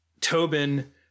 Tobin